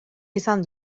izan